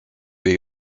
jej